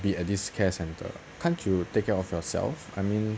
be at this care centre can't you take care of yourself I mean